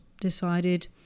decided